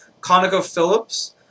ConocoPhillips